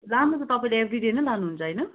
लानु त तपाईँले एभ्री डे नै लानुहुन्छ होइन